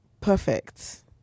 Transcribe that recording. perfect